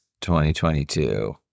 2022